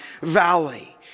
valley